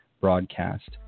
broadcast